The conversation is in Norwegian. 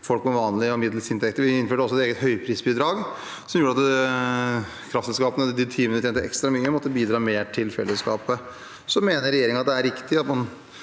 folk med vanlige og middels inntekter. Vi innførte også et eget høyprisbidrag, som gjorde at kraftselskapene i de timene de tjente ekstra mye, måtte bidra mer til fellesskapet. Regjeringen mener det er riktig at de